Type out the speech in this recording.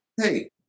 hey